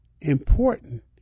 important